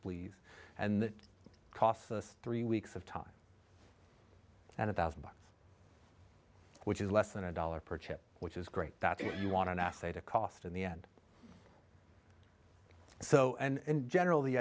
believe and that costs us three weeks of time and a thousand bucks which is less than a dollar per chip which is great that you want an asset a cost in the end so and general the